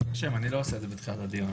אני לא עושה את זה בתחילת הדיון,